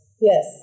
Yes